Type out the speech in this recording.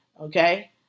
okay